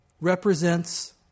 represents